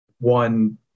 One